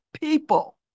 people